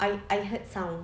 I I heard sound